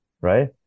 Right